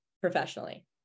professionally